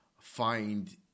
find